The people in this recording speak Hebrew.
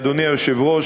אדוני היושב-ראש,